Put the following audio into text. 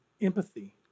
empathy